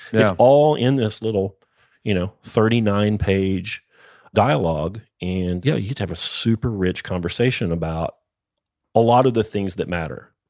it's all in this little you know thirty nine page dialogue and you'd have a super rich conversation about a lot of the things that matter.